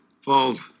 Fold